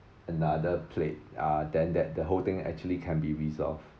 another plate ah then that the whole thing actually can be resolved